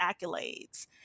accolades